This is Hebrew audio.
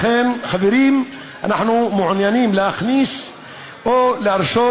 לכן, חברים, אנחנו מעוניינים להכניס או להרשות